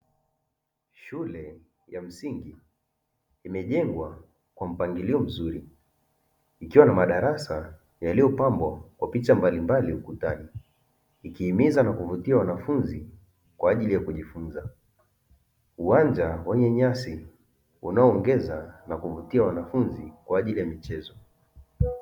Shule ya msingi imejengwa kwa mpangilio mzuri, ikiwa na madarasa yaliyopambwa kwa picha mbalimbali ukutani, ikihimiza na kuvutia wanafunzi kwa ajili ya kujifunza, uwanja wenye nyasi unaoongeza na kuvutia wanafunzi kwa ajili ya michezo.